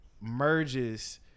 Merges